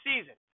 season